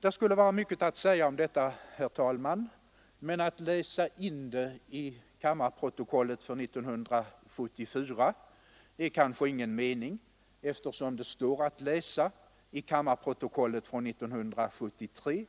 Det skulle vara mycket att säga om detta, herr talman, men att läsa in det i kammarprotokollet för 1974 är det kanske ingen mening med. Det står nämligen att läsa i kammarprotokollet från 1973;